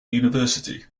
university